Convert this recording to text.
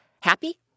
Happy